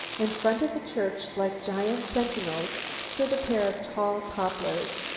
in front of the church, like giant sentinels, stood a pair of tall poplars.